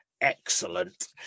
Excellent